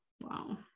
wow